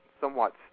somewhat